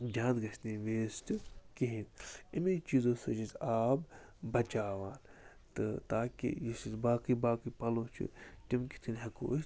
زیادٕ گژھہِ نہٕ یِہِ ویسٹہٕ کِہیٖنۍ یموٕے چیٖزو سۭتۍ چھِ أسۍ آب بَچاوان تہٕ تاکہِ یُس اسہِ باقٕے باقٕے پَلوٚو چھِ تِم کِتھ کٔنۍ ہیٚکو أسۍ